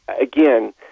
Again